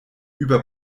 über